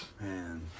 Man